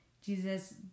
Jesus